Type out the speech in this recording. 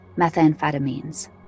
methamphetamines